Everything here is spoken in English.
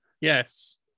Yes